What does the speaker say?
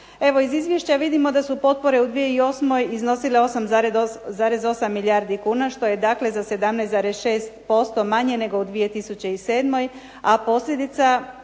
iz izvješća vidimo da su potpore u 2008. iznosile 8,8 milijardi kuna, što je dakle za 17,6% manje nego u 2007., a posljedica